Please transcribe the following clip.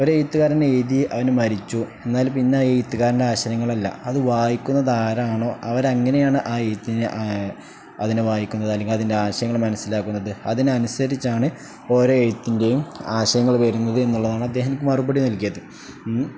ഒരെ എഴുത്തുകാരൻ് എഴതി അവന് മരിച്ചു എന്നാാലും പിന്നെ എഴുുകാരൻ്റെ ആശയങ്ങളല്ല അത് വായിക്കുന്നാരാണോ അവരങ്ങനെയാണ് ആ എഴുത്തിന് അതിനെ വായിക്കുന്നത് അല്ലെങ്കി അതിൻ്റെ ആശയങ്ങള് മനസ്സിലാക്കുന്നത് അതിനനുസരിച്ചാണ് ഓര എഴുത്തിൻ്റെയും ആശയങ്ങള്ൾ വരുന്നത് എന്നുള്ളതാണ് അദ്ദേഹംക്ക് മറുപടി നൽക്കത്